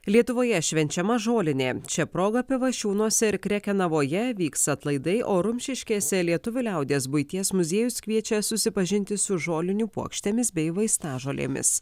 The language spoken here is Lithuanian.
lietuvoje švenčiama žolinė šia proga pivašiūnuose ir krekenavoje vyks atlaidai o rumšiškėse lietuvių liaudies buities muziejus kviečia susipažinti su žolinių puokštėmis bei vaistažolėmis